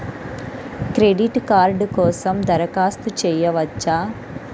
Credit card కోసం దరఖాస్తు చేయవచ్చా?